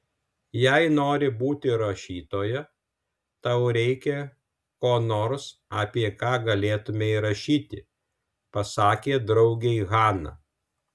jei nori būti rašytoja tau reikia ko nors apie ką galėtumei rašyti pasakė draugei hana